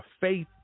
Faith